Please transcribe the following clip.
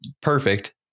perfect